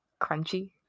crunchy